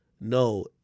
no